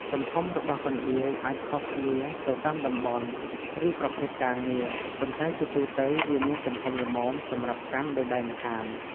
ទំហំរបស់កណ្ដៀវអាចខុសគ្នាទៅតាមតំបន់ ឬប្រភេទការងារ ប៉ុន្តែជាទូទៅវាមានទំហំល្មមសម្រាប់កាន់ដោយដៃម្ខាង។